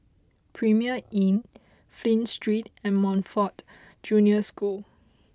Premier Inn Flint Street and Montfort Junior School